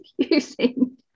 confusing